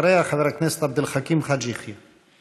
אחריה, חבר הכנסת עבד אל חכים חאג' יחיא.